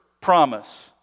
promise